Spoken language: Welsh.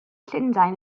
llundain